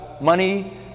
money